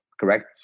correct